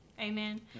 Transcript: amen